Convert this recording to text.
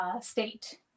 state